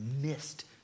missed